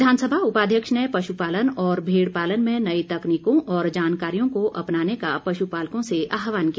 विधानसभा उपाध्यक्ष ने पशुपालन और भेड़ पालन में नई तकनीकों और जानकारियों को अपनाने का पशु पालकों से आहवान किया